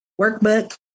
workbook